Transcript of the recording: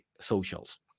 socials